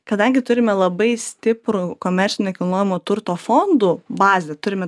kadangi turime labai stiprų komercinio nekilnojamo turto fondų bazę turime